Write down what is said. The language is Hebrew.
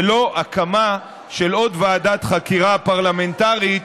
ולא הקמה של עוד ועדת חקירה פרלמנטרית,